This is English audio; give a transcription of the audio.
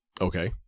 okay